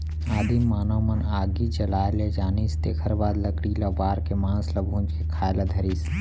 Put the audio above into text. आदिम मानव मन आगी जलाए ले जानिस तेखर बाद लकड़ी ल बार के मांस ल भूंज के खाए ल धरिस